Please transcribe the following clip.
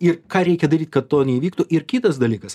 ir ką reikia daryt kad to neįvyktų ir kitas dalykas